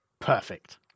Perfect